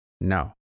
No